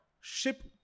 ship